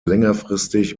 längerfristig